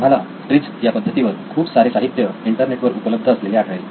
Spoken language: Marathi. तुम्हाला ट्रीझ या पद्धतीवर खूप सारे साहित्य इंटरनेट वर उपलब्ध असलेले आढळेल